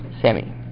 Sammy